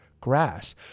grass